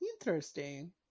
Interesting